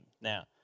Now